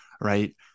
Right